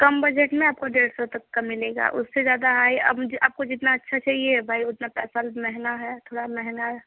कम budget में आपको डेढ़ सौ तक का मिलेगा उससे ज्यादा हाई आप मुझे आपको जितना अच्छा चाहिए भाई उतना पैसा महँगा है थोड़ा महँगा है